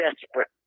desperate